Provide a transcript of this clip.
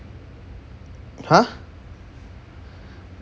!huh!